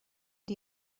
die